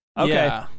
Okay